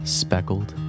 speckled